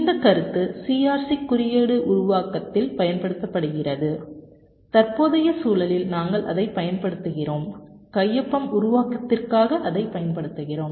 இந்த கருத்து CRC குறியீடு உருவாக்கத்தில் பயன்படுத்தப்படுகிறது தற்போதைய சூழலில் நாங்கள் அதைப் பயன்படுத்துகிறோம் கையொப்பம் உருவாக்கத்திற்காக அதைப் பயன்படுத்துகிறோம்